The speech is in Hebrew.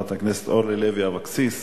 חברת הכנסת אורלי לוי אבקסיס,